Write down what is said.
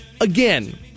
again